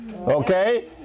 Okay